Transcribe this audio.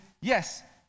yes